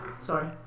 sorry